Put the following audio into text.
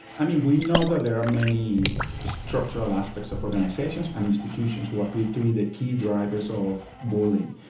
i mean, we know that there are many structural aspects of organisations and institutions who appear to be the key drivers of bullying.